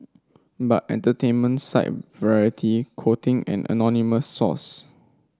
but entertainment site Variety quoting an anonymous source